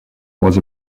was